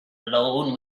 alone